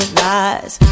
lies